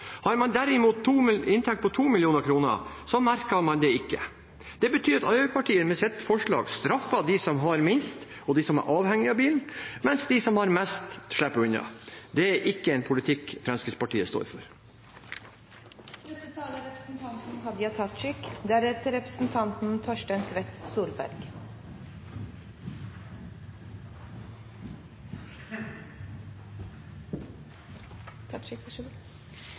Har man derimot inntekt på 2 mill. kr, merker man det ikke. Det betyr at Arbeiderpartiet med sitt forslag straffer dem som har minst, og dem som er avhengig av bil, mens de som har mest, slipper unna. Det er ikke en politikk Fremskrittspartiet står for. Det er